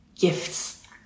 gifts